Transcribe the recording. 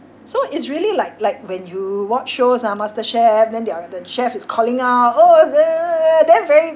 so it's really like like when you watch shows ah masterchef then they are the chef is calling out oh then very